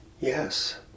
Yes